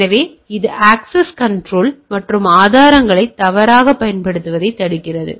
எனவே இது access control மற்றும் ஆதாரங்களை தவறாக பயன்படுத்துவதைத் தடுக்கிறது